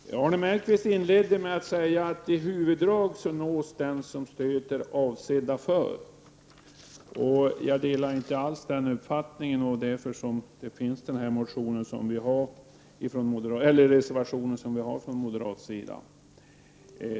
Fru talman! Arne Mellqvist inledde med att säga att i huvuddrag nås de som stödet är avsett för. Jag delar inte alls den uppfattningen, och vi har en reservation från moderat sida.